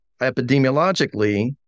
epidemiologically